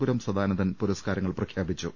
പുരം സദാനന്ദൻ പുരസ്കാരങ്ങൾ പ്രഖ്യാപിച്ചു